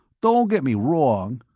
don't get me wrong.